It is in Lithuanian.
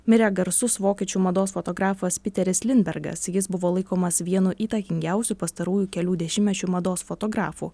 mirė garsus vokiečių mados fotografas piteris lindbergas jis buvo laikomas vienu įtakingiausių pastarųjų kelių dešimtmečių mados fotografų